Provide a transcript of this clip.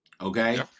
okay